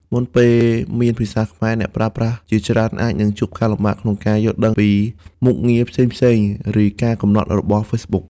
មុនពេលមានភាសាខ្មែរ អ្នកប្រើប្រាស់ជាច្រើនអាចនឹងជួបការលំបាកក្នុងការយល់ដឹងពីមុខងារផ្សេងៗ ឬការកំណត់របស់ Facebook។